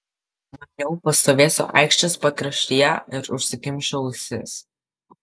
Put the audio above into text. maniau pastovėsiu aikštės pakraštyje ir užsikimšiu ausis